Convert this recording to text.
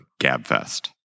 GABFEST